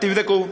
תבדקו.